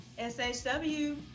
SHW